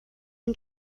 and